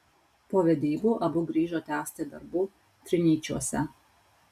po vedybų abu grįžo tęsti darbų trinyčiuose